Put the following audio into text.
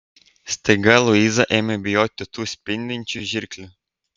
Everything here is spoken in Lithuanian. staiga luiza ėmė bijoti tų spindinčių žirklių